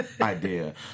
idea